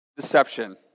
deception